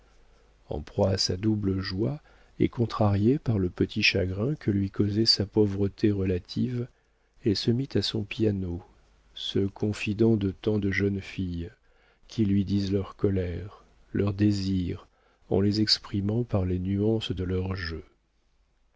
en proie à sa double joie et contrariée par le petit chagrin que lui causait sa pauvreté relative elle se mit à son piano ce confident de tant de jeunes filles qui lui disent leurs colères leurs désirs en les exprimant par les nuances de leur jeu